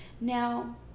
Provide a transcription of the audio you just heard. Now